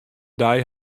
dei